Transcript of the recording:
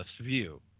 view